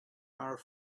are